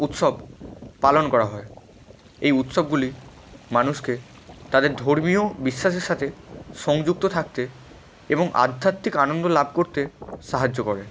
উৎসব পালন করা হয় এই উৎসবগুলি মানুষকে তাদের ধর্মীয় বিশ্বাসের সাথে সংযুক্ত থাকতে এবং আধ্যাত্মিক আনন্দ লাভ করতে সাহায্য করে